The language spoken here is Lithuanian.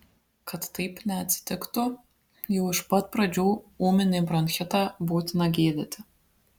kad taip neatsitiktų jau iš pat pradžių ūminį bronchitą būtina gydyti